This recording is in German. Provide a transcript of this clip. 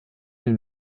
den